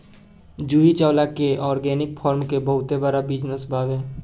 जूही चावला के organic farm के बहुते बड़ बिजनस बावे